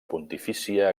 pontifícia